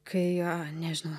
kai nežinau